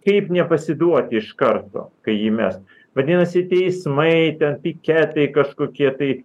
kaip nepasiduoti iš karto kai jį mes vadinasi teismai ten piketai kažkokie tai